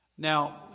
Now